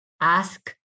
ask